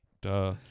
duh